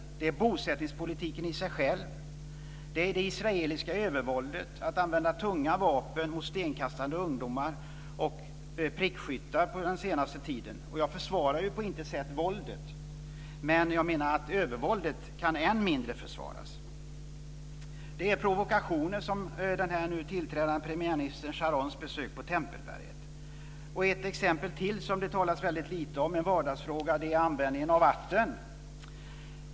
Det är bosättningspolitiken i sig själv. Det är det israeliska övervåldet, att använda tunga vapen mot stenkastande ungdomar och prickskyttar på senare tid. Jag försvarar på intet sätt våldet. Men jag menar att övervåldet än mindre kan försvaras. Det är provokationer som den tillträdande premiärminister Sharons besök på Tempelberget. Ett exempel till som det talas väldigt lite om, en vardagsfråga, är användningen av vatten.